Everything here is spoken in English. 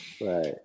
right